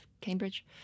Cambridge